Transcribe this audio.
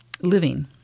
living